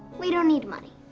we don't need money.